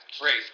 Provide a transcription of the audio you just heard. Great